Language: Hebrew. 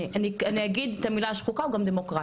אני אגיד גם את המילה השחוקה, הוא גם דמוקרטי.